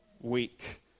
week